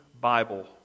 Bible